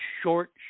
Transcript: short